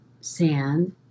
sand